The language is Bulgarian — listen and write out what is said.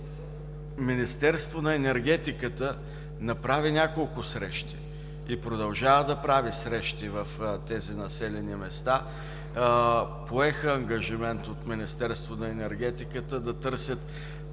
Министерството на енергетиката направи няколко срещи и продължава да прави срещи в тези населени места. Поеха ангажимент от Министерството на енергетиката да търсят